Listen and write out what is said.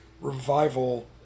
revival